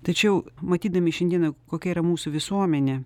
tačiau matydami šiandiena kokia yra mūsų visuomenė